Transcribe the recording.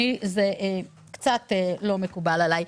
זה קצת לא מקובל עליי.